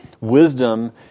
Wisdom